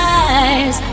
eyes